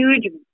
huge